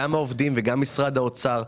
גם העובדים וגם משרד האוצר.